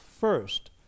first